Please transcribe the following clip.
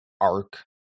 arc